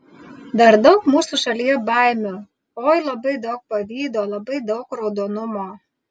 dar daug mūsų šalyje baimių oi labai daug pavydo labai daug raudonumo